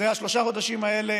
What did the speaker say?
שלושת החודשים האלה